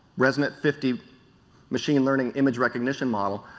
resonant fifty machine learning image recognition model,